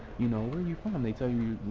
you know where are you from they tell you,